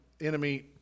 enemy